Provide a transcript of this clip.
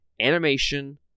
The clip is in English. Animation